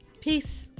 Peace